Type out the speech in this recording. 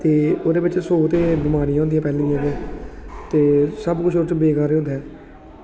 ओह्दे च सौ ते बमारियां होंदियां पैह्ले नंबर ते सबकुछ ओह्दे च होंदा ऐ